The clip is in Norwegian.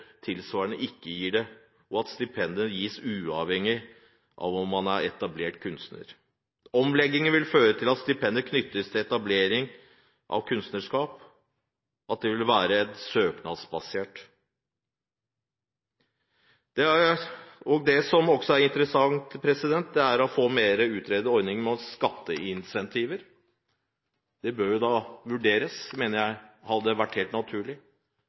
tilsvarende ikke gir det, og stipendet gis uavhengig av om man er etablert kunstner. Omleggingen vil føre til at stipendet knyttes til etablering av kunstnerskap, og det vil være søknadsbasert. Det som også er interessant, er å få utredet mer ordninger med skatteincentiver. Det bør vurderes, det mener jeg hadde vært helt naturlig.